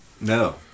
No